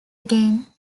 again